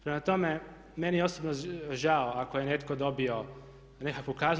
Prema tome, meni je osobno žao ako je netko dobio nekakvu kaznu.